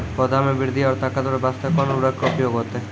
पौधा मे बृद्धि और ताकतवर बास्ते कोन उर्वरक के उपयोग होतै?